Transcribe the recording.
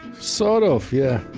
sort of, yeah.